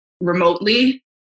remotely